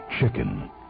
Chicken